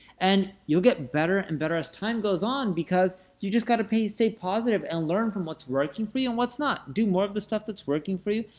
and you'll get better and better as time goes on, because you just got to stay positive and learn from what's working for you and what's not. do more of the stuff that's working for you,